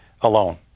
alone